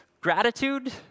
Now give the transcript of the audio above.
Gratitude